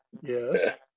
yes